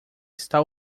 está